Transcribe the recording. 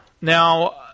Now